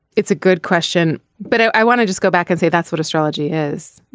it's a good question but i want to just go back and say that's what astrology is.